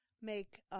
make